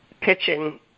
pitching